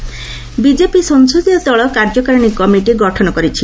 BJP BJP ସଂସଦୀୟ ଦଳ କାର୍ଯ୍ୟକାରିଣୀ କମିଟି ଗଠନ କରିଛି